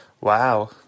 Wow